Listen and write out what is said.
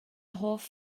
hoff